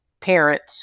parents